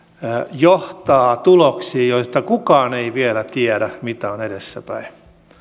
johtaa tuloksiin joista kukaan ei vielä tiedä mitä on edessäpäin